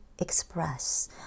express